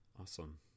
awesome